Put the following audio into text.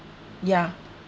yeah